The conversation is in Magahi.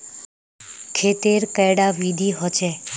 खेत तेर कैडा विधि होचे?